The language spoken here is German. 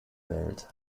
welt